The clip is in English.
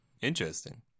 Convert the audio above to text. Interesting